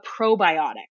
probiotic